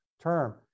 term